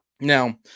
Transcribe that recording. Now